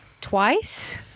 twice